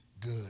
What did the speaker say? good